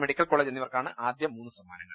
medical college എന്നിവർക്കാണ് ആദ്യ മൂന്ന് സമ്മാനങ്ങൾ